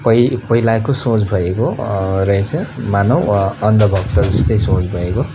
पै पहिलाको सोच भएको रहेछ मानौँ अन्धभक्त जस्तै सोच भएको